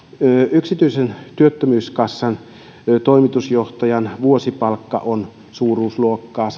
yksityisen työttömyyskassan toimitusjohtajan vuosipalkka on suuruusluokkaa